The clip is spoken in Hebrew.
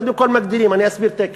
קודם כול מגדילים, אני אסביר תכף.